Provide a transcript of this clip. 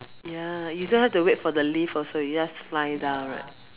ya you don't have to wait for the lift also you just fly down right